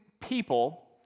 people